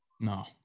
No